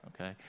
okay